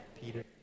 Peter